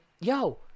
yo